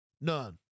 None